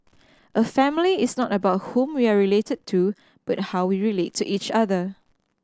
a family is not about whom we are related to but how we relate to each other